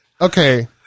Okay